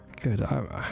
Good